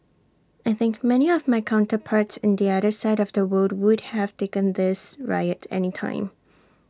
I think many of my counterparts in the other side of the world would have taken this riot any time